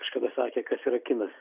kažkada sakė kas yra kinas